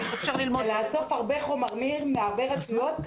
זה לאסוף הרבה חומרים מהרבה רשויות,